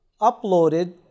uploaded